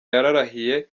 yarahiriye